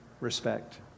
respect